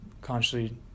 consciously